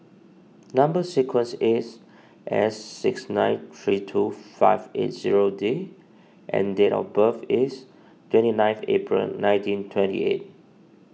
Number Sequence is S six nine three two five eight zero D and date of birth is twenty ninth April nineteen twenty eight